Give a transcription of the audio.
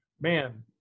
man